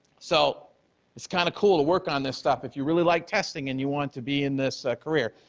so it's kind of cool to work on this stuff if you really like testing and you want to be in this career.